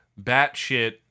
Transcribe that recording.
batshit